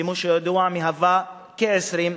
כמו שידוע, מהווה כ-20%.